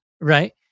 right